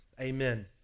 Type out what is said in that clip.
Amen